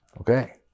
Okay